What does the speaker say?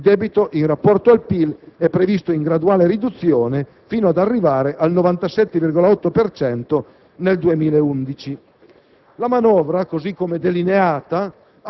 Il debito in rapporto al PIL è previsto in graduale riduzione, fino ad arrivare al 97,8 per cento nel 2011. La manovra, così come delineata,